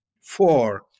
four